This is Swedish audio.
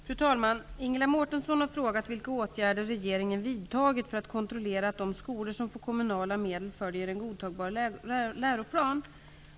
Fru talman! Ingela Mårtensson har frågat vilka åtgärder regeringen vidtagit för att kontrollera att de skolor som får kommunala medel följer en godtagbar läroplan.